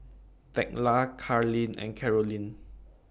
Thekla Carlyn and Karolyn